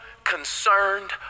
concerned